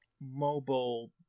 mobile